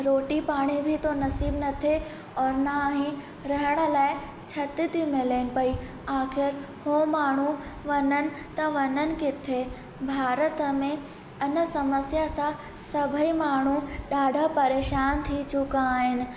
रोटी पाणी बि थो नसीबु न थिए और न ई रहण लाइ छिति थी मिलनि पई आख़िरि हू माण्हू वञनि त वञनि किथे भारत में इन समस्या सां सभई माण्हू ॾाढा परेशान थिए चुका आहिनि